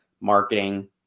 marketing